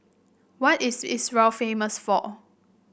what is Israel famous for